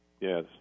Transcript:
Yes